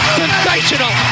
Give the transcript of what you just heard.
sensational